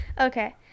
okay